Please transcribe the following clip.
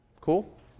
Cool